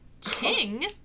King